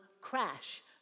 Crash